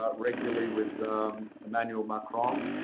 ah regularly with emmanuel macron,